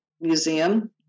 Museum